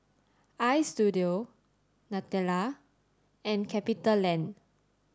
Istudio Nutella and CapitaLand